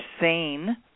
sane